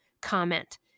comment